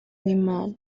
w’imana